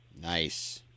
Nice